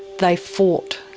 they fought,